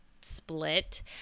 split